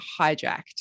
hijacked